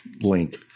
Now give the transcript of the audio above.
link